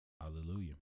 Hallelujah